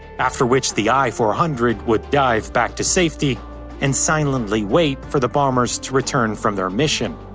after which the i four hundred would dive back to safety and silently wait for the bombers to return from their mission.